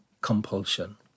compulsion